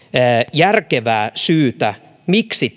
järkevää syytä miksi